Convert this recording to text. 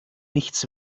nichts